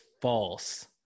false